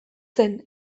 zen